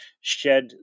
shed